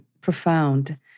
profound